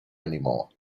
anymore